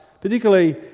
particularly